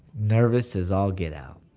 nervous as all get out.